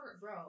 bro